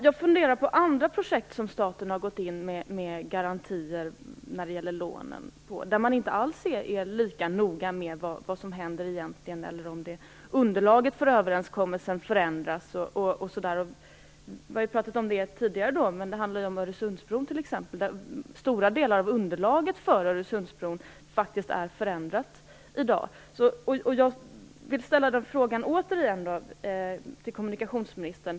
Jag funderar på andra projekt där staten har gått in med garantier när det gäller lån och där man inte alls är lika noga med vad som händer eller om underlaget för överenskommelsen förändras. Vi har talat om detta tidigare. Det gäller t.ex. Öresundsbron, där stora delar av underlaget för Öresundsbron faktiskt har förändrats. Jag vill därför ställa en fråga till kommunikationsministern.